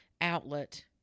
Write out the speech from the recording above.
outlet